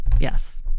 Yes